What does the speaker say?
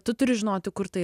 tu turi žinoti kur tai